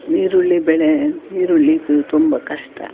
ಈರುಳ್ಳಿ ಬೆಳೆ ಈರುಳ್ಳಿದು ತುಂಬ ಕಷ್ಟ